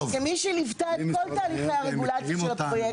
כמי שליוותה את כל תהליכי הרגולציה של הפרויקט,